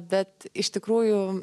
bet iš tikrųjų